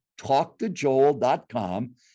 talktojoel.com